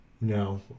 No